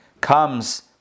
comes